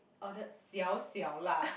ordered 小小辣